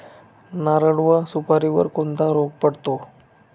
नारळ व सुपारीवर कोणता रोग पडतो?